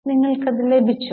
നിങ്ങൾക് കൃത്യമായി ലഭിച്ചോ